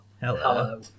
Hello